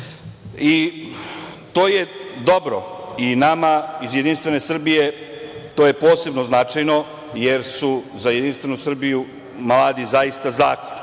je dobro, i nama iz Jedinstvene Srbije je to posebno značajno jer su za Jedinstvenu Srbiju mladi zaista zakon.